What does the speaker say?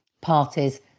parties